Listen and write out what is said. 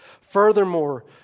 Furthermore